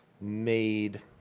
made